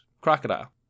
crocodile